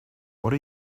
what